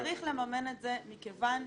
צריך לממן את זה מכיוון